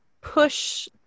push